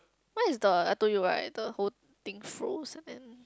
one is the I told you right the whole thing froze and then